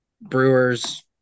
Brewers